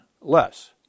less